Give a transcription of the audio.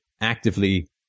actively